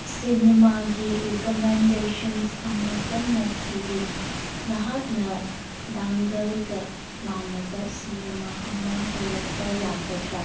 ꯁꯤꯅꯦꯃꯥꯒꯤ recommendations ꯑꯝ ꯀꯟꯅ ꯊꯤꯔꯤ ꯅꯍꯥꯛꯅ ꯗꯥꯡꯒꯜꯒ ꯃꯥꯟꯅꯕ ꯁꯤꯅꯦꯃꯥ ꯑꯃ ꯍꯥꯏꯔꯛꯄ ꯌꯥꯒꯗ꯭ꯔꯥ